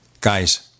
guys